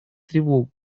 тревогу